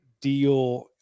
deal